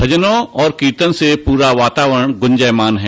भजनों और कीर्तन से पूरा वातावरण गूजायमान है